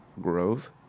Grove